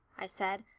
i said,